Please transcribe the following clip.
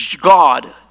God